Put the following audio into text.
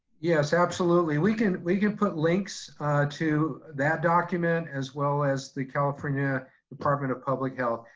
yes, absolutely. we can we can put links to that document as well as the california department of public health.